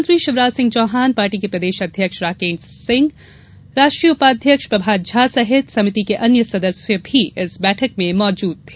मुख्यमंत्री शिवराज सिंह चौहान पार्टी के प्रदेश अध्यक्ष राकेश सिंह राष्ट्रीय उपाध्यक्ष प्रभात झा सहित समिति के अन्य सदस्य भी इस बैठक में मौजूद थे